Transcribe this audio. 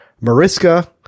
Mariska